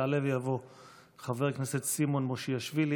יעלה ויבוא חבר הכנסת סימון מושיאשוילי.